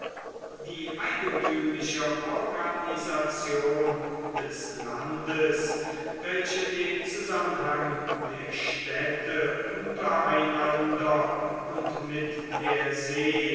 die eigentümliche organisation des landes welche den zusammenhang der städte unter einander und mit der see